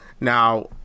Now